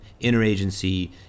interagency